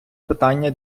питання